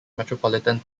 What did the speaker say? metropolitan